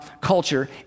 culture